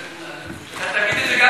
אתה תגיד את זה גם אם זה כלפי יהודים?